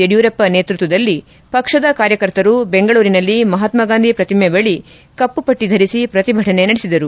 ಯಡಿಯುರಪ್ಪ ನೇತೃತ್ವದಲ್ಲಿ ಪಕ್ಷದ ಕಾರ್ಯಕರ್ತರು ಬೆಂಗಳೂರಿನಲ್ಲಿ ಮಹತ್ನಗಾಂಧಿ ಪ್ರತಿಮೆ ಬಳಿ ಕಪ್ಪುಪಟ್ಟಿ ಧರಿಸಿ ಪ್ರತಿಭಟನೆ ವ್ಯಕ್ತಪಡಿಸಿದರು